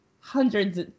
hundreds